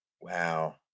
Wow